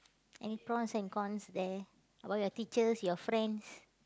any pros and cons there about your teachers your friends